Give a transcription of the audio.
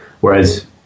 whereas